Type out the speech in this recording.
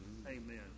Amen